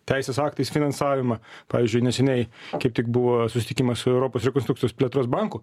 teisės aktais finansavimą pavyzdžiui neseniai kaip tik buvo susitikimas su europos rekonstrukcijos plėtros banku